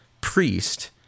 priest